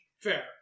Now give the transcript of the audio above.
Fair